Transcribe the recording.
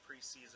preseason